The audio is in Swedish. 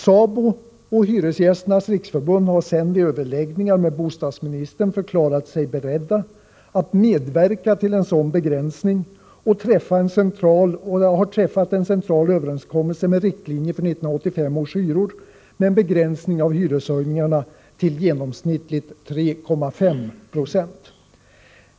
SABO och Hyresgästernas Riksförbund har sedan vid överläggningar med bostadsministern förklarat sig beredda att medverka till en sådan begränsning och har träffat en central överenskommelse med riktlinjer för 1985 års hyror med en begränsning av hyreshöjningarna till genomsnittligt 3,5 20.